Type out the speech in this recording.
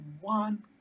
one